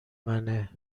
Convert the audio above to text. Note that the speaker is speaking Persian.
منه